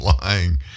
lying